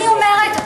אני אומרת: